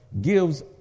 gives